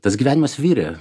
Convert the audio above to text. tas gyvenimas virė